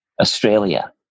Australia